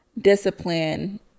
discipline